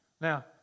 Now